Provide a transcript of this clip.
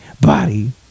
body